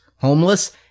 homeless